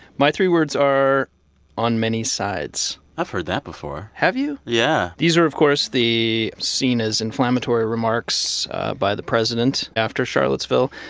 my three words are on many sides i've heard that before have you? yeah these are, of course, the seen-as-inflammatory remarks by the president after charlottesville.